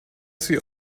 sie